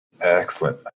Excellent